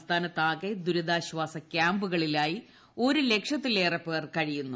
സംസ്ഥാനത്താകെ ദുരിതാശ്ചാസക്യാമ്പുകളിലായി ഒരു ലക്ഷത്തിലേറെപ്പേർ കഴിയുന്നു